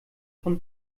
von